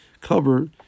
cover